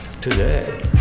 today